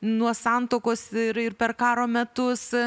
nuo santuokos ir ir per karo metus